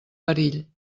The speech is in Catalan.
perill